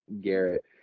Garrett